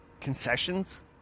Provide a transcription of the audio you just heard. concessions